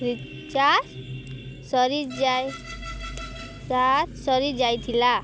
recharge ସରିଯାଏ charge ସରିଯାଇ ଥିଲା